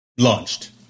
launched